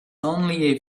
only